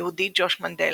היהודי ג'וש מנדל,